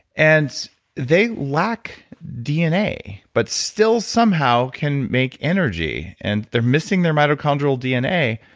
and they lack dna, but still somehow can make energy, and they're missing their mitochondrial dna,